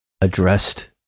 addressed